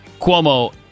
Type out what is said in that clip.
Cuomo